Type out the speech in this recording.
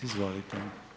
Izvolite.